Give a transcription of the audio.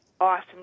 awesome